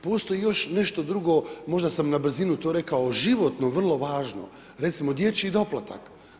Postoji još nešto drugo, možda sam na brzinu rekao, životno vrlo važno, recimo dječji doplatak.